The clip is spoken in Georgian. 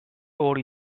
ორი